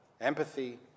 empathy